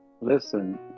listen